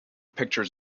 pictures